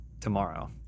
Tomorrow